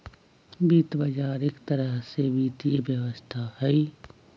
वित्त बजार एक तरह से वित्तीय व्यवस्था हई